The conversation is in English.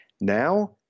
Now